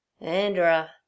Andra